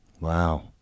Wow